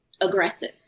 aggressive